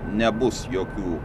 nebus jokių